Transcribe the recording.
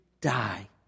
die